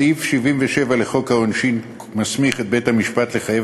סעיף 77 לחוק העונשין מסמיך את בית-המשפט לחייב